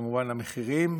כמובן המחירים,